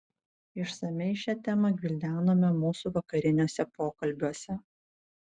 išsamiai šią temą gvildenome mūsų vakariniuose pokalbiuose